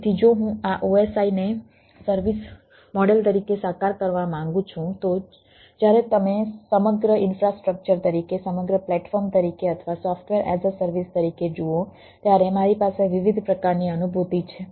તેથી જો હું આ OSI ને સર્વિસ મોડેલ તરીકે સાકાર કરવા માંગુ છું તો જ્યારે તમે સમગ્ર ઈન્ફ્રાસ્ટ્રક્ચર તરીકે સમગ્ર પ્લેટફોર્મ તરીકે અથવા સોફ્ટવેર એઝ અ સર્વિસ તરીકે જુઓ ત્યારે મારી પાસે વિવિધ પ્રકારની અનુભૂતિ છે